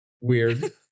Weird